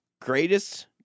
greatest